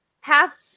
half